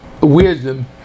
wisdom